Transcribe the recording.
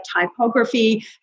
typography